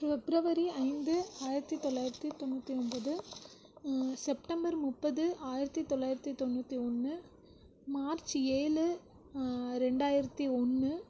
பிப்ரவரி ஐந்து ஆயிரத்து தொள்ளாயிரத்து தொண்ணூற்றி ஒம்பது செப்டம்பர் முப்பது ஆயிரத்து தொள்ளாயிரத்து தொண்ணூற்றி ஒன்று மார்ச் ஏழு ரெண்டாயிரத்து ஒன்று